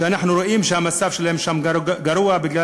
שאנחנו רואים שהמצב שלהם גרוע בגלל